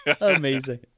Amazing